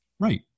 Right